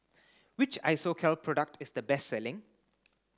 which Isocal product is the best selling